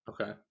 Okay